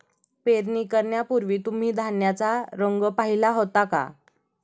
पेरणी करण्यापूर्वी तुम्ही धान्याचा रंग पाहीला होता का?